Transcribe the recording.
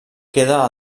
queda